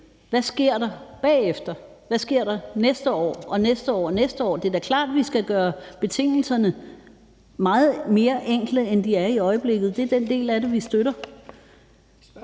Hvad sker der bagefter? Hvad sker der næste år og næste år igen? Det er da klart, at vi skal betingelserne meget mere enkle, end de er i øjeblikket. Det er den del af det, vi støtter.